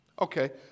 Okay